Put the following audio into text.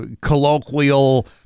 colloquial